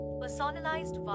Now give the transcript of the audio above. personalized